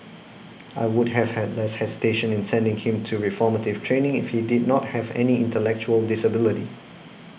I would have had less hesitation in sending him to reformative training if he did not have any intellectual disability